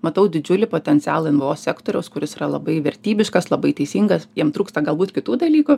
matau didžiulį potencialą nvo sektoriaus kuris yra labai vertybiškas labai teisingas jiem trūksta galbūt kitų dalykų